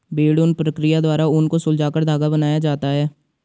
भेड़ ऊन प्रक्रिया द्वारा ऊन को सुलझाकर धागा बनाया जाता है